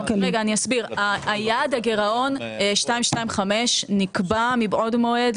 יעד הגירעון 2.25 נקבע מבעוד מועד,